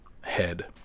head